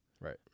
Right